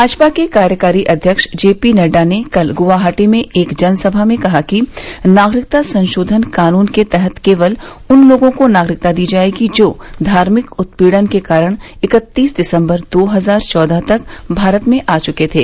भाजपा के कार्यकारी अध्यक्ष जे पी नड्डा ने कल गुवाहाटी में एक जनसभा में कहा कि नागरिकता संशोधन कानून के तहत केवल उन लोगों को नागरिकता दी जाएगी जो धार्मिक उत्पीड़न के कारण इकत्तीस दिसम्बर दो हजार चौदह तक भारत में आ चुके थे